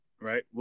right